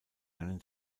einen